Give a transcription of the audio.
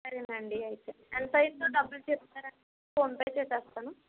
సరేనండి అయితే ఎంత అయ్యిందో డబ్బులు చెప్తారా అండి ఫోన్పే చేస్తాను